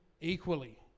equally